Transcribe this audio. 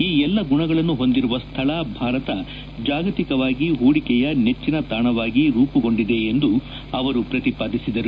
ಈ ಎಲ್ಲ ಗುಣಗಳನ್ನು ಹೊಂದಿರುವ ಸ್ಥಳ ಭಾರತ ಜಾಗತಿಕವಾಗಿ ಹೂಡಿಕೆಯ ನೆಟ್ಟನ ತಾಣವಾಗಿ ರೂಪುಗೊಂಡಿದೆ ಎಂದು ಅವರು ಪ್ರತಿಪಾದಿಸಿದರು